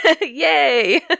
Yay